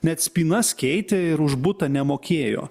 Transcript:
net spynas keitė ir už butą nemokėjo